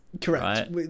Correct